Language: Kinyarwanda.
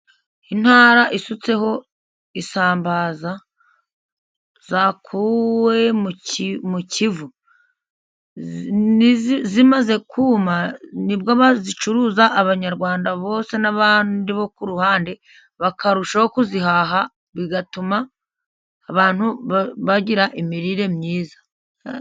Intara isutseho isambaza zakuwe mu Kivu, zimaze kuma, nibwo bazicuruza abanyarwanda bose n'abandi bo ku ruhande, bakarushaho kuzihaha, bigatuma abantu bagira imirire myiza.